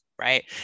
Right